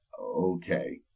Okay